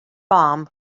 bomb